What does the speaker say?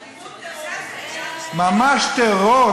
אלימות טרוריסטית, ממש טרור.